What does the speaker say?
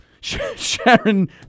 Sharon